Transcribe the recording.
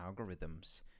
algorithms